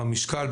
במשקל,